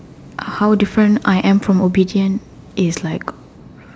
how different I am from obedient is like